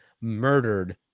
murdered